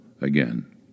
again